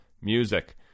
music